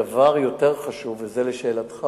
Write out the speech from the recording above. הדבר היותר חשוב, וזה לשאלתך,